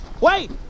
Wait